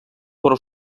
però